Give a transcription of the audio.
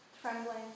trembling